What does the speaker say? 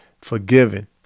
forgiven